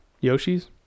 Yoshi's